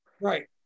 Right